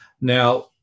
Now